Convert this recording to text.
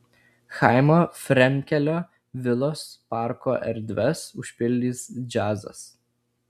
chaimo frenkelio vilos parko erdves užpildys džiazas